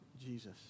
Jesus